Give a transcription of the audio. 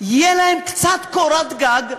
תהיה להם קצת קורת גג,